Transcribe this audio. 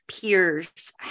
peers